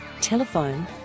Telephone